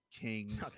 kings